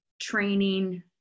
training